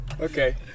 Okay